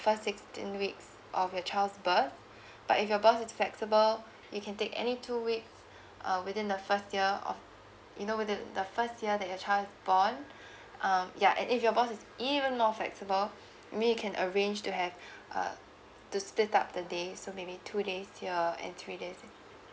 first sixteen weeks of your child's birth but if your boss is flexible you can take any two weeks uh within the first year of you know the the first year that your child is born um ya and if your boss is even more flexible may be you can arrange to have uh to split up the days so maybe two days here and three days